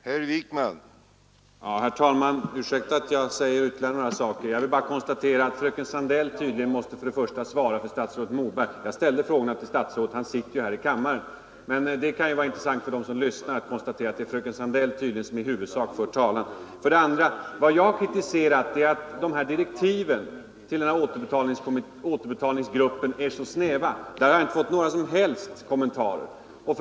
Herr talman! Ursäkta att jag säger ytterligare några ord. Jag vill bara konstatera att fröken Sandell tydligen måste svara för statsrådet Moberg. Jag ställde faktiskt frågorna till statsrådet och han sitter ju här i kammaren. För dem som lyssnar måste det vara intressant att konstatera att det är fröken Sandell som i huvudsak för talan. Vad jag kritiserat är att direktiven till återbetalningsgruppen är så snäva. I fråga om dem har jag inte fått några som helst svar.